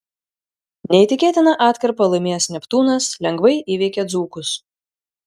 neįtikėtiną atkarpą laimėjęs neptūnas lengvai įveikė dzūkus